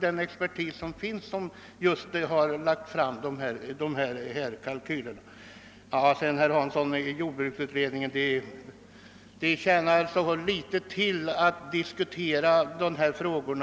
den expertis som finns har lagt fram just dessa kalkyler. Med anledning av vad herr Hansson i Skegrie yttrade om jordbruksutredningen vill jag säga, att det tjänar så litet till att diskutera dessa frågor.